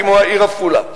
כמו העיר עפולה,